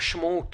המשמעויות